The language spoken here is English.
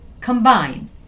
combine